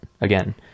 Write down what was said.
again